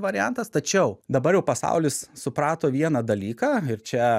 variantas tačiau dabar jau pasaulis suprato vieną dalyką ir čia